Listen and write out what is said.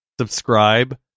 Subscribe